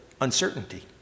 uncertainty